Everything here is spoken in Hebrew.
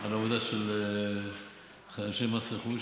על עבודה של אנשי מס רכוש.